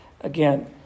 Again